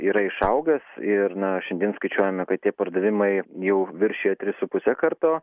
yra išaugęs ir na šiandien skaičiuojame kad tie pardavimai jau viršija tris su puse karto